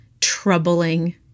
troubling